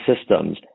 Systems